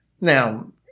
Now